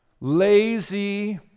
lazy